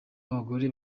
abagore